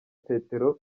petero